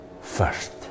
first